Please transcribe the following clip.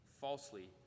falsely